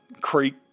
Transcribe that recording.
Creek